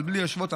בלי להשוות,